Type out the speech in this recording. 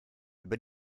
über